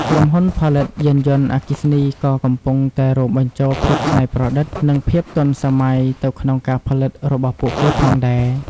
ក្រុមហ៊ុនផលិតយានយន្តអគ្គីសនី ក៏កំពុងតែរួមបញ្ចូលភាពច្នៃប្រឌិត និងភាពទាន់សម័យទៅក្នុងការផលិតរបស់ពួកគេផងដែរ។